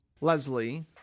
Leslie